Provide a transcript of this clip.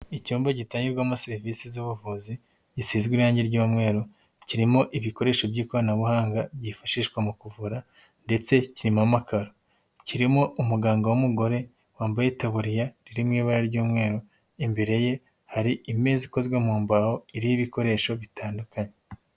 Icyumba gitangirwamo serivisi z'ubuvuzi, gisizwe irangi ry'umweru, kirimo ibikoresho by'ikoranabuhanga byifashishwa mu kuvura ndetse kimo amakaro, kirimo umuganga w'umugore wambaye itaboburiya riri mu ibaburara ry'umweru, imbere ye hari i imeza ikozwe mu mbaho, iriho ibikoresho bitandukanye.